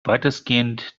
weitestgehend